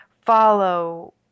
follow